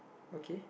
okay